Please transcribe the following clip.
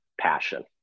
passion